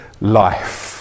life